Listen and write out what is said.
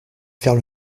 faire